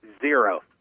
zero